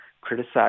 criticize